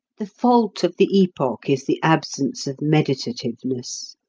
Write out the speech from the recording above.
the fault of the epoch is the absence of meditativeness.